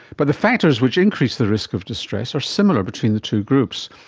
but the factors which increase the risk of distress are similar between the two groups.